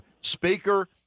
speaker